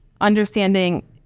understanding